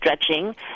stretching